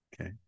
Okay